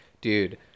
dude